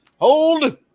Hold